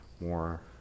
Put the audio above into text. more